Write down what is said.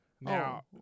now